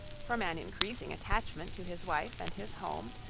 from an increasing attachment to his wife and his home,